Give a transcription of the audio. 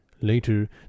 Later